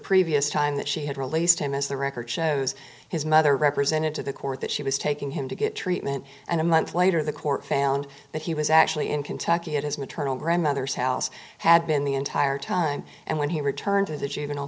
previous time that she had released him as the record shows his mother represented to the court that she was taking him to get treatment and a month later the court found that he was actually in kentucky at his maternal grandmother's house had been the entire time and when he returned to the juvenile